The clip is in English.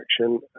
action